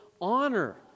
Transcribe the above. honor